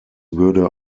würde